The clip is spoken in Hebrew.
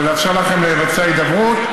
כדי לאפשר לכם לבצע הידברות,